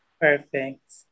Perfect